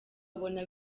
abona